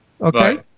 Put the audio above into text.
Okay